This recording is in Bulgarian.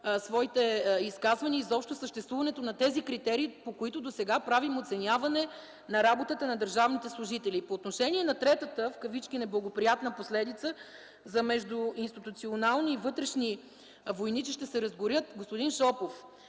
своите изказвания изобщо съществуването на тези критерии, по които досега правим оценяване на работата на държавните служители. По отношение на третата „неблагоприятна последица”, че ще се разгорят междуинституционални и вътрешни войни, господин Шопов,